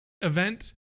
event